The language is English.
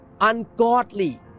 ungodly